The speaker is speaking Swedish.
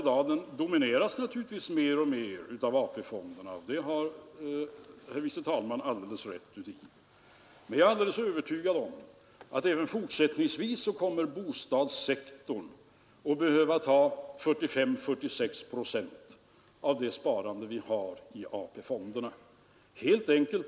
Ja, det beror naturligtvis i stor utsträckning på om företagarna kan räkna med en prisuppgång på det som de har att sälja och om de kan räkna med att orderingången ökar.